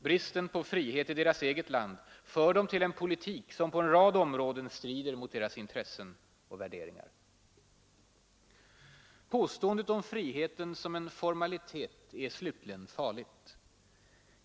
Bristen på frihet i deras eget land för dem till en politik som på en rad områden strider mot deras intressen och värderingar. Påståendet om friheten som en formalitet är slutligen farligt.